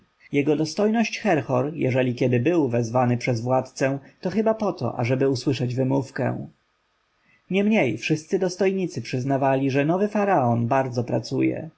jego dostojność herhor jeżeli kiedy był wezwany przez władcę to chyba poto ażeby usłyszeć wymówkę niemniej wszyscy dostojnicy przyznawali że nowy faraon bardzo pracuje